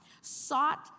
sought